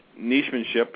nichemanship